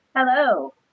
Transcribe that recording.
Hello